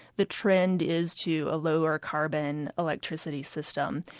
the trend is to a lower carbon electricity system.